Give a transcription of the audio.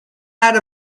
out